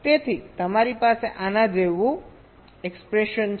તેથી તમારી પાસે આના જેવું એક્ષ્પ્રેસન છે